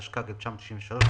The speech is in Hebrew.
התשכ"ג 1963 ,